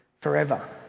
forever